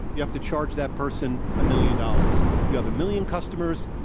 you have to charge that person a million dollars. if you have a million customers,